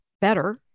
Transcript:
Better